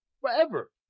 forever